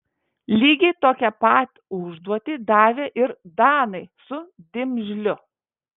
lygiai tokią pat užduotį davė ir danai su dimžliu